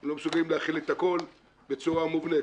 הם לא מסוגלים להכיל את הכול בצורה מובנית.